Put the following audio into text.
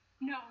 No